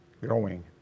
growing